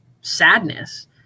sadness